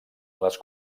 les